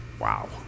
wow